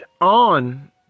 on